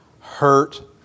hurt